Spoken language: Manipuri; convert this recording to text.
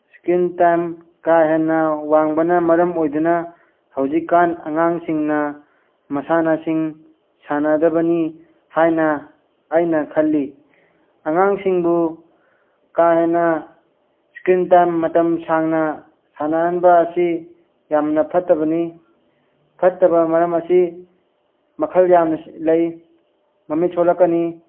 ꯏꯁꯀ꯭ꯔꯤꯟ ꯇꯥꯏꯝ ꯀꯥ ꯍꯦꯟꯅ ꯋꯥꯡꯕꯅ ꯃꯔꯝ ꯑꯣꯏꯗꯨꯅ ꯍꯧꯖꯤꯛꯀꯥꯟ ꯑꯉꯥꯡꯁꯤꯡꯅ ꯃꯁꯥꯟꯅꯁꯤꯡ ꯁꯥꯟꯅꯗꯕꯅꯤ ꯍꯥꯏꯅ ꯑꯩꯅ ꯈꯜꯂꯤ ꯑꯉꯥꯡꯁꯤꯡꯕꯨ ꯀꯥ ꯍꯦꯟꯅ ꯏꯁꯀ꯭ꯔꯤꯟ ꯇꯥꯏꯝ ꯃꯇꯝ ꯁꯥꯡꯅ ꯁꯥꯟꯅꯍꯟꯕ ꯑꯁꯤ ꯌꯥꯝꯅ ꯐꯠꯇꯕꯅꯤ ꯐꯠꯇꯕ ꯃꯔꯝ ꯑꯁꯤ ꯃꯈꯜ ꯌꯥꯝꯅ ꯂꯩ ꯃꯃꯤꯠ ꯁꯣꯛꯂꯛꯀꯅꯤ